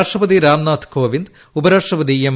രാഷ്ട്രപതി രാംനാഥ് കോവിന്ദ് ഉപരാഷ്ട്രപതി എം